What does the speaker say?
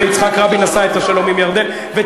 ויצחק רבין עשה את השלום עם ירדן.